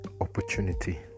opportunity